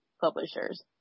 publishers